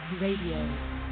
Radio